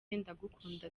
ndagukunda